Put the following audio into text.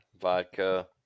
vodka